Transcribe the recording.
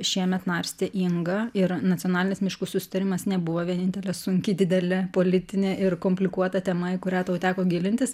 šiemet narstė inga ir nacionalinis miškų susitarimas nebuvo vienintelė sunki didelė politinė ir komplikuota tema į kurią tau teko gilintis